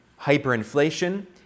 hyperinflation